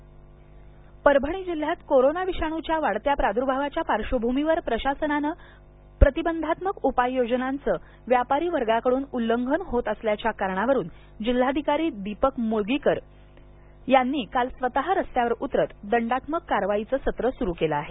परभणी परभणी जिल्ह्यात कोरोना विषाणूच्या वाढत्या प्रादूर्भावाच्या पार्श्वभूमीवर प्रशासनाने प्रतिबंधात्मक उपाययोजनांच्या व्यापारी वर्गाकडून उल्लंघन होत असल्याच्या कारणावरून जिल्हाधिकारी दीपक मुगळीकर यांनी काल स्वतः रस्त्यावर उतरत दंडात्मक कारवाईचे सत्र सुरू केले आहे